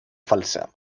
falsa